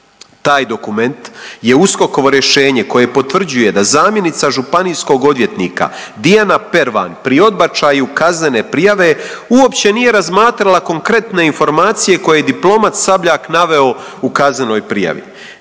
Taj dokument je USKOK-ovo rješenje koje potvrđuje da zamjenica županijskog odvjetnika Dijana Pervan pri odbačaju kaznene prijave uopće nije razmatrala konkretne informacije koje je diplomat Sabljak naveo u kaznenoj prijavi.